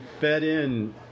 fed-in